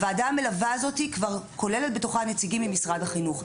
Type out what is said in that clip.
הוועדה המלווה כוללת בתוכה נציגים ממשרד החינוך.